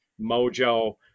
Mojo